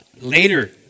later